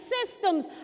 systems